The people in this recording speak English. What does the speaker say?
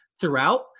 throughout